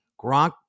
Gronk